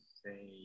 say